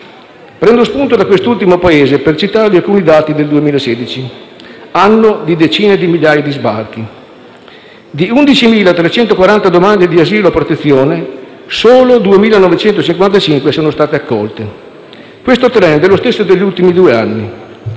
Prendo spunto da quest'ultimo Paese per citare alcuni dati del 2016, anno di decine di migliaia di sbarchi. Di 11.340 domande di asilo o protezione, solo 2.955 sono state accolte. Questo *trend* è lo stesso negli ultimi due anni;